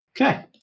Okay